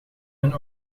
een